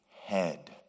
Head